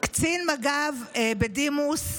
קצין מג"ב בדימוס,